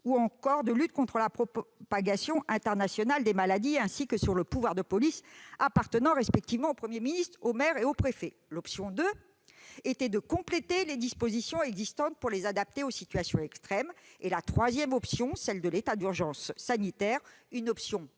ou encore de lutte contre la propagation internationale des maladies, ainsi que sur le pouvoir de police appartenant respectivement au Premier ministre, aux maires et aux préfets. Option 2 : compléter les dispositions existantes pour les adapter aux situations extrêmes. Option 3 : l'état d'urgence sanitaire. Il s'agit d'une